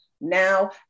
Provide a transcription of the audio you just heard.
Now